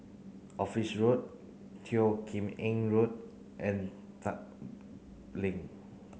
Office Road Teo Kim Eng Road and Tat Link